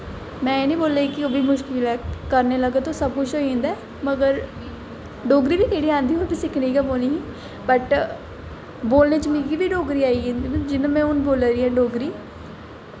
में एह् नेईं बोलेआ कि ओह् बी मुश्किल ऐ करने लग्गे ते सब कुछ होई जंदा ऐ मगर डोगरी केह्ड़ी आंदी ऐ ओह् बी सिक्खनी गै पौनीं ही बट बोलने च मिगी बी डोगरी आई जंदी जि'यां में हून बोला करनी आं डोगरी